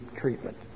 treatment